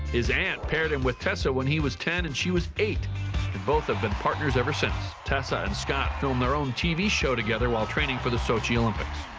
his aunt paired him with tessa when he was ten and she was eight. and both have been partners ever since. tessa and scott filmed their own tv show together while training for the sochi olympics.